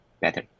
better